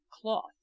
cloth